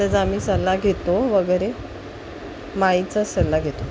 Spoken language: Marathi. त्याचा आम्ही सल्ला घेतो वगैरे माळीचाच सल्ला घेतो